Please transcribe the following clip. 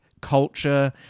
culture